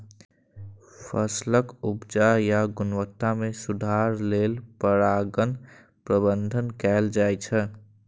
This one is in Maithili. फसलक उपज या गुणवत्ता मे सुधार लेल परागण प्रबंधन कैल जाइ छै